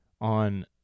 on